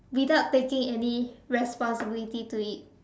without taking any responsibility to it